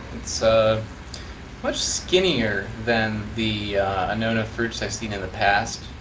it's ah much skinnier than the annona fruits i've seen in the past.